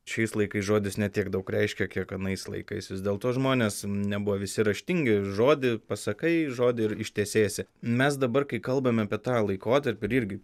šiais laikais žodis ne tiek daug reiškia kiek anais laikais vis dėlto žmonės nebuvo visi raštingi žodį pasakai žodį ir ištesėsi mes dabar kai kalbame apie tą laikotarpį ir irgi